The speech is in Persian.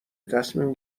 تصمیم